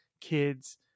kids